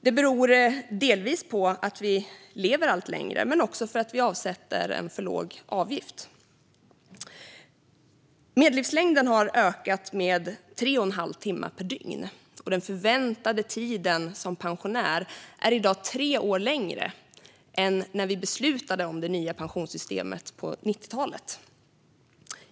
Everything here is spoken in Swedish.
Det beror delvis på att vi lever allt längre men också på att vi avsätter alltför låg avgift. Medellivslängden har ökat med tre och en halv timme per dygn, och den förväntade tiden som pensionär är i dag tre år längre än när vi beslutade om det nya pensionssystemet på 1990-talet.